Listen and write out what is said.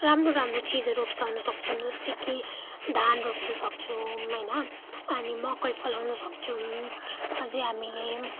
राम्रो राम्रो चिजहरू उब्जाउनु सक्छौँ जस्तै धान रोप्न सक्छौँ होइन अनि मकै फलाउन सक्छौँ अझै हामीले